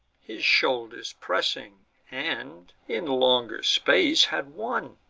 his shoulders pressing and, in longer space, had won,